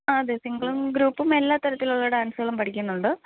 ആ അതെ സിങ്കിളും ഗ്രൂപ്പും എല്ലാതരത്തിലുള്ള ഡാൻസുകളും പഠിക്കുന്നുണ്ട്